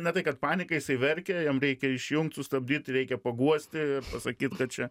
ne tai kad panika jisai verkia jam reikia išjungt sustabdyt reikia paguosti pasakyt kad čia